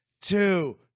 two